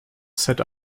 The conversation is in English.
set